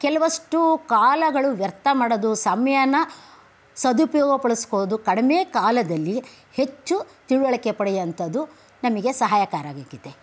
ಕೆಲವಷ್ಟು ಕಾಲಗಳು ವ್ಯರ್ಥ ಮಾಡೋದು ಸಮಯಾನ ಸದುಪಯೋಗ ಪಡಿಸ್ಬೋದು ಕಡಿಮೆ ಕಾಲದಲ್ಲಿ ಹೆಚ್ಚು ತಿಳುವಳಿಕೆ ಪಡಿಯುವಂಥದ್ದು ನಮಗೆ ಸಹಾಯಕಾರಿಯಾಗಿದೆ